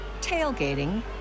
tailgating